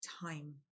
time